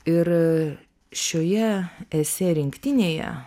ir šioje esė rinktinėje